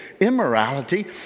immorality